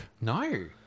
No